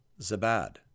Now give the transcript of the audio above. Zabad